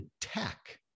tech